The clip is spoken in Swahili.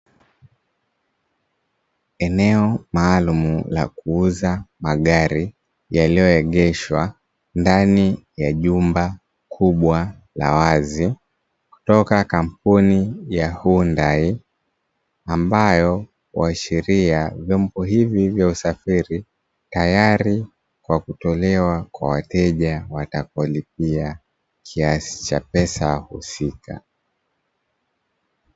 Eneo maalum la kuuza magari yaliyoegeshwa ndani ya jumba kubwa la wazi kutoka kampuni ya Hyundai, ambayo huashilia vyombo hivi vya usafiri, tayari kwa kutolewa kwa watakaolipia kiasi cha pesa husika.